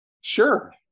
Sure